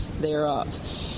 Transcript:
thereof